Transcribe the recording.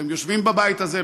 שיושבים בבית הזה,